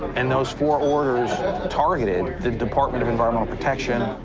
and those four orders targeted the department of environmental protection.